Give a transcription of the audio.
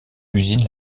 usine